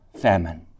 famine